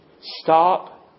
stop